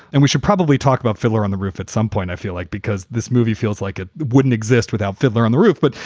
and we should probably talk about fiddler on the roof at some point. i feel like because this movie feels like it wouldn't exist without fiddler on the roof. but,